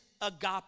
agape